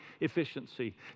efficiency